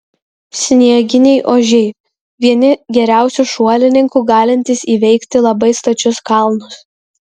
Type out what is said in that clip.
snieginiai ožiai vieni geriausių šuolininkų galintys įveikti labai stačius kalnus